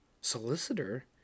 Solicitor